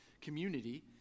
community